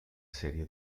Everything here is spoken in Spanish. serie